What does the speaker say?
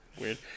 Weird